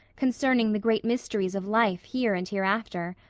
concerning the great mysteries of life here and hereafter,